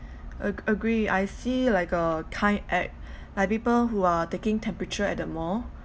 ag~ agree I see like uh kind act like people who are taking temperature at the mall